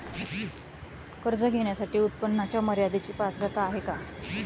कर्ज घेण्यासाठी उत्पन्नाच्या मर्यदेची पात्रता आहे का?